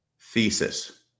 thesis